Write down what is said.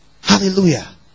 Hallelujah